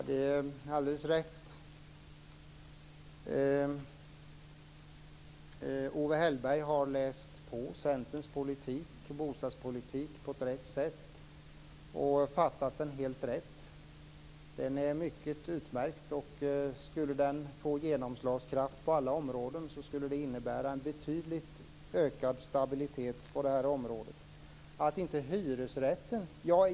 Fru talman! Owe Hellberg har alldeles rätt. Han har läst på Centerns bostadspolitik och fattat den på helt rätt sätt. Den är utmärkt. Skulle den få genomslag på alla områden skulle det innebära en betydligt större stabilitet på det här området. Jag vill säga något om det här med hyresrätten.